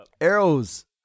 arrows